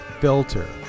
filter